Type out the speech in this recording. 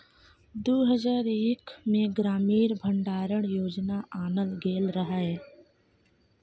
दु हजार एक मे ग्रामीण भंडारण योजना आनल गेल रहय